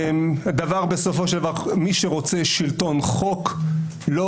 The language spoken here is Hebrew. בסופו של דבר מי שרוצה שלטון חוק לא